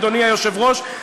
אדוני היושב-ראש,